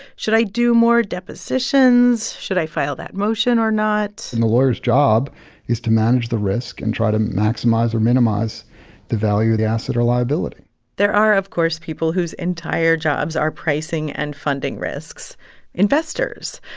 should i do more depositions? should i file that motion or not? and the lawyer's job is to manage the risk and try to maximize or minimize the value of the asset or liability there are, of course, people whose entire jobs are pricing and funding risks investors.